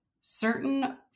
certain